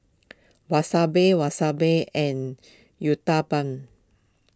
Wasabi Wasabi and Uthapam